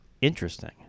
Interesting